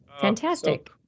Fantastic